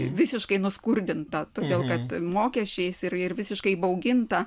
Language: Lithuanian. visiškai nuskurdinta todėl kad mokesčiais ir ir visiškai įbauginta